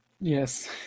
Yes